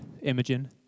Imogen